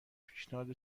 پیشنهاد